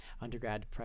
undergrad